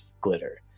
glitter